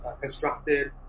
constructed